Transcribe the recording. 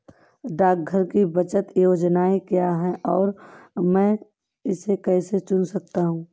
डाकघर की बचत योजनाएँ क्या हैं और मैं इसे कैसे चुन सकता हूँ?